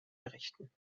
errichten